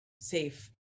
safe